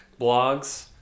blogs